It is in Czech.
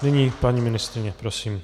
Nyní paní ministryně, prosím.